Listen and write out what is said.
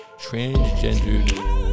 transgender